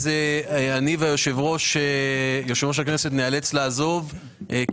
אז אני ויושב-ראש הכנסת נאלץ לעזוב כי